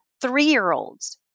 three-year-olds